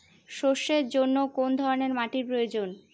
সরষের জন্য কোন ধরনের মাটির প্রয়োজন?